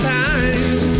time